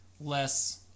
less